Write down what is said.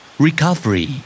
Recovery